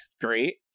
great